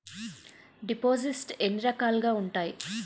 దిపోసిస్ట్స్ ఎన్ని రకాలుగా ఉన్నాయి?